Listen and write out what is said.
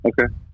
Okay